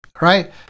right